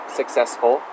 successful